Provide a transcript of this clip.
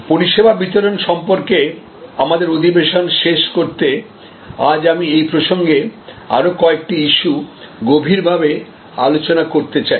পরিষেবা বিতরণ সম্পর্কে আমাদের অধিবেশন শেষ করতে আজ আমি এই প্রসঙ্গে আরও কয়েকটি ইস্যু গভীরভাবে আলোচনা করতে চাই